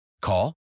Call